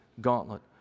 gauntlet